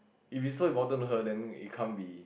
if it's so important to her then it can't be